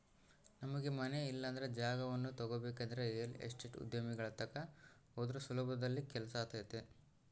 ನಮಗೆ ಮನೆ ಇಲ್ಲಂದ್ರ ಜಾಗವನ್ನ ತಗಬೇಕಂದ್ರ ರಿಯಲ್ ಎಸ್ಟೇಟ್ ಉದ್ಯಮಿಗಳ ತಕ ಹೋದ್ರ ಸುಲಭದಲ್ಲಿ ಕೆಲ್ಸಾತತೆ